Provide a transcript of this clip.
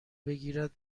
بگیرد